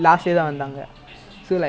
யாரு யாரு:yaaru yaaru